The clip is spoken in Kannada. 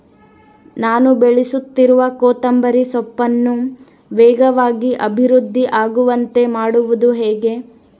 ನಾನು ಬೆಳೆಸುತ್ತಿರುವ ಕೊತ್ತಂಬರಿ ಸೊಪ್ಪನ್ನು ವೇಗವಾಗಿ ಅಭಿವೃದ್ಧಿ ಆಗುವಂತೆ ಮಾಡುವುದು ಹೇಗೆ?